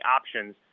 options